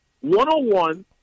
One-on-one